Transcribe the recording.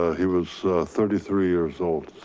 he was thirty three years old.